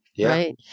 right